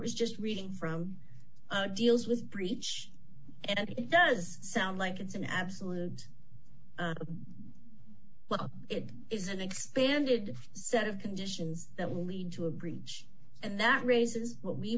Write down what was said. was just reading from deals with breach at it does sound like it's an absolute well it is an expanded set of conditions that will lead to a bridge and that raises what we